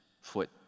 foot